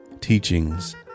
teachings